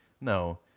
No